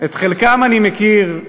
את חלקם אני מכיר,